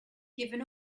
given